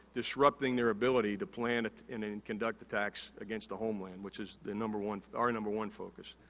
disrupting their ability to plan and and and conduct attacks against the homeland which is the number one, our number one focus.